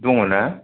दङ ना